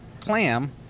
clam